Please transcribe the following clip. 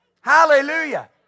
Hallelujah